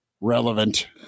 relevant